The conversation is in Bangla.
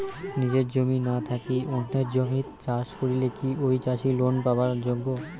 নিজের জমি না থাকি অন্যের জমিত চাষ করিলে কি ঐ চাষী লোন পাবার যোগ্য?